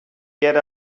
get